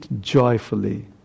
joyfully